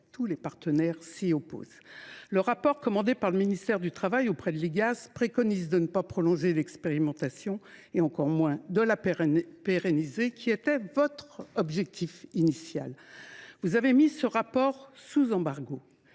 tous les partenaires !– s’y opposent. Le rapport commandé par le ministère du travail à l’Igas préconise de ne pas prolonger l’expérimentation et encore moins de la pérenniser, ce qui était votre objectif initial. Vous avez mis ce rapport de l’Igas